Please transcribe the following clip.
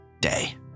day